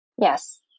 Yes